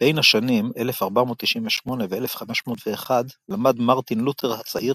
בין השנים 1498–1501 למד מרטין לותר הצעיר